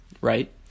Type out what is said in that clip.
right